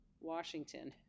washington